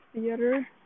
theater